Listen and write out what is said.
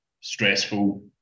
stressful